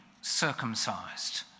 circumcised